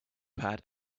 pad